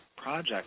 Project